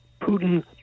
Putin